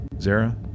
Zara